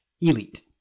Elite